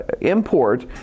import